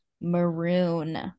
Maroon